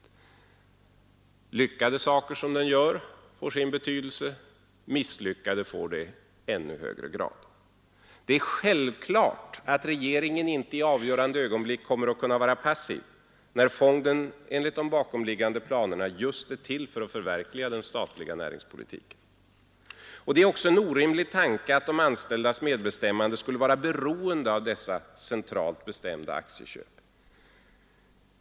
De lyckade saker som den gör får sin betydelse, misslyckade får det i ännu högre grad. Det är självklart att regeringen i avgörande ögonblick då inte kommer att vara passiv, när fonden enligt de bakomliggande planerna just är till för att förverkliga den statliga näringspolitiken. Det är också en orimlig tanke att de anställdas medbestämmande skulle vara beroende av dessa centralt bestämda aktieköp.